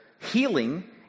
healing